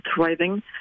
thriving